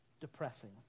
depressing